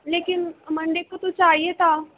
لیکن منڈے کو تو چائیے تھا